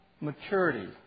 maturity